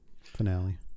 finale